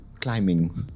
climbing